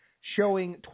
showing